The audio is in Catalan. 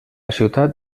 ciutat